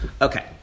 Okay